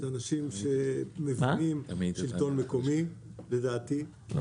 זה אנשים שמבינים שלטון מקומי לדעתי,